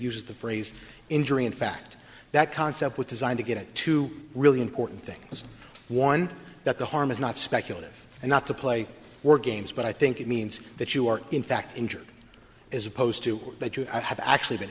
uses the phrase injury in fact that concept with design to get to really important thing is one that the harm is not speculative and not to play word games but i think it means that you are in fact injured as opposed to that you have actually been